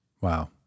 wow